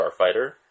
Starfighter